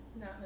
no